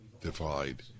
divide